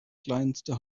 kleinste